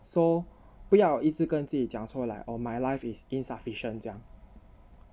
so 不要一直跟自己讲说 like orh my life is insufficient 这样